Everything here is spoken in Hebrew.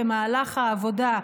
במהלך העבודה,